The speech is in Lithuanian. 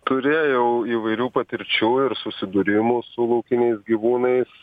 turėjau įvairių patirčių ir susidūrimų su laukiniais gyvūnais